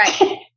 Right